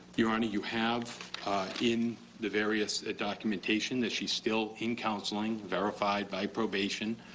your honor, you have in the various documentation that she still in counseling, verified by probation,